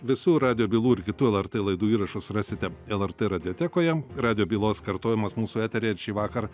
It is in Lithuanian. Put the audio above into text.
visų radijo bylų ir kitų lrt laidų įrašus rasite lrt radiotekoje radijo bylos kartojimas mūsų eteryje šįvakar